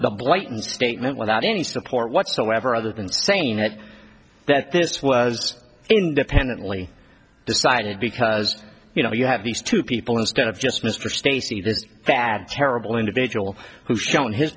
the blatant statement without any support whatsoever other than saying it that this was independently decided because you know you have these two people instead of just mr stacey the bad terrible individual who shown his